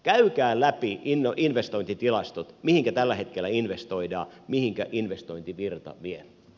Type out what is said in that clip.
käykää läpi investointitilastot mihinkä tällä hetkellä investoidaan mihinkä investointivirta vie